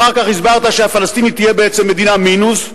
אחר כך הסברת שהפלסטינית תהיה בעצם מדינה מינוס.